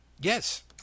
Yes